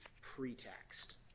pretext